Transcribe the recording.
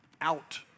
out